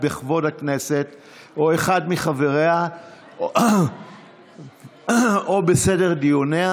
בכבוד הכנסת או אחד מחבריה או בסדר דיוניה.